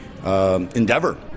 Endeavor